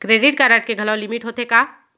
Credit card के घलव limit होथे का?